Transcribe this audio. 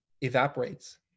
evaporates